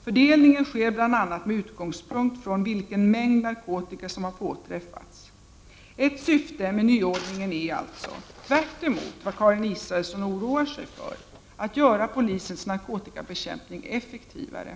Fördelningen sker bl.a. med utgångspunkt från vilken mängd narkotika som har påträffats. Ett syfte med nyordningen är alltså — tvärtemot vad Karin Israelsson oroar sig för — att göra polisens narkotikabekämpning effektivare.